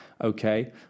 Okay